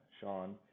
Sean